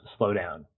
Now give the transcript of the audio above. slowdown